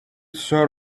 sort